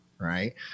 right